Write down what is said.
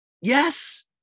Yes